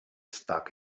stuck